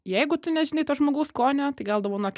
jeigu tu nežinai to žmogaus skonio tai gal dovanok